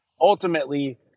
ultimately